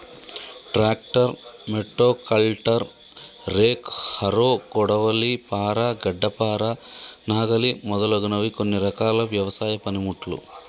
tractor, మోటో కల్టర్, rake, harrow, కొడవలి, పార, గడ్డపార, నాగలి మొదలగునవి కొన్ని రకాల వ్యవసాయ పనిముట్లు